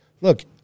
look